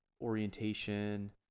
orientation